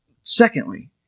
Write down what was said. Secondly